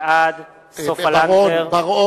בעד סופה לנדבר,